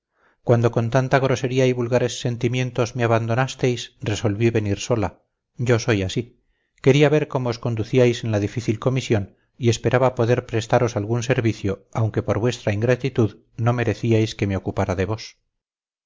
cuando con tanta grosería y vulgares sentimientos me abandonasteis resolví venir sola yo soy así quería ver cómo os conducíais en la difícil comisión y esperaba poder prestaros algún servicio aunque por vuestra ingratitud no merecíais que me ocupara de vos